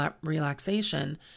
relaxation